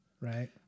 right